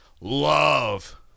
love